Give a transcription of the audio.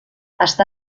està